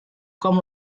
com